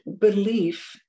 belief